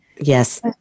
Yes